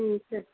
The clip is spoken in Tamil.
ம் சரி